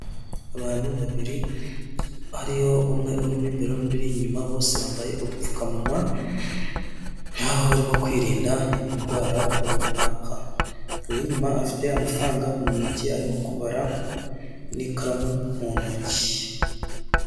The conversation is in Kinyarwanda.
Abantu babiri hariho umwe uri mo imbere, inyuma bose bambaye udupfukamunwa na bo barimo kwirinda indwara runaka uw'inyuma afite amafaranga mu ntoki arimo kubara n'ikaramu mu ntoki.